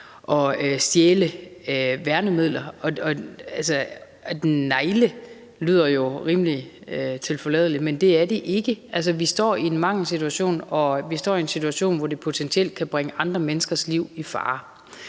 tyveri af værnemidler. At negle lyder jo rimelig tilforladeligt, men det er det ikke. Altså, vi står i en mangelsituation, og vi står i en situation, hvor det potentielt kan bringe andre menneskers liv i fare.